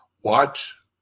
Watch